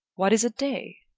what is a day?